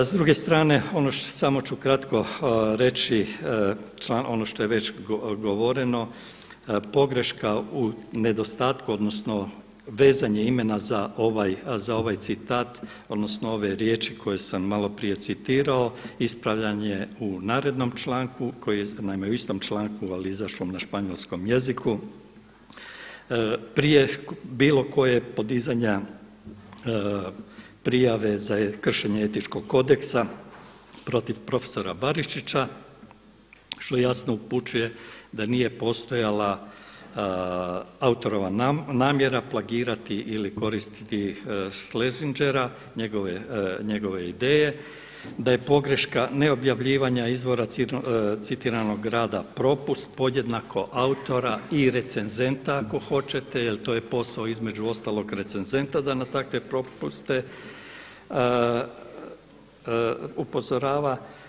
S druge strane, ono samo ću kratko reći ono što je već govoreno pogreška u nedostatku odnosno vezanje imena za ovaj citat odnosno ove riječi koje sam maloprije citirao ispravljanje u narednom članku, naime u istom članku ali izašlom na španjolskom jeziku prije bilo kojeg podizanja prijave za kršenje etičkog kodeksa protiv profesora Barišića što jasno upućuje da nije postojala autorova namjera plagirati ili koristiti Schlesingera, njegove ideje, da je pogreška ne objavljivanja izvora citiranog rada propust podjednako autora i recenzenta ako hoćete jer to je posao između ostalog recenzenta da na takve propuste upozorava.